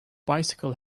bicycle